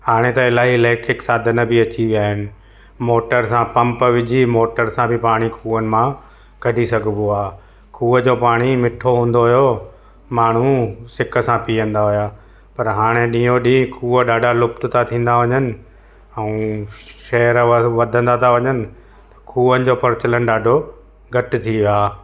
हाणे त इलाही इलेक्ट्रिक साधन बि अची विया आहिनि मोटर सां पंप विझी मोटर सां बि पाणी खुहनि मां कढी सघिबो आ्हे खुह जो पाणी मिठो हूंदो हुयो माण्हू सिक सां पीअंदा हुआ पर हाणे ॾींहों ॾींहं खुह ॾाढा लुप्त था थींदा वञनि ऐं शहर वध वधंदा था वञनि खुहनि जो पर्चलन ॾाढो घटि थी वियो आहे